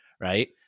right